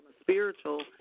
spiritual